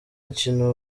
kintu